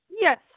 Yes